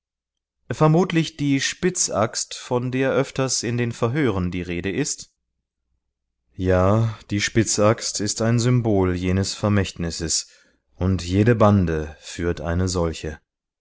vermutlich die spitzaxt von der öfters in den verhören die rede ist ja die spitzaxt ist ein symbol jenes vermächtnisses und jede bande führt eine solche